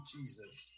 Jesus